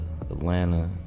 Atlanta